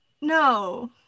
no